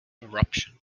eruption